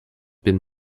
been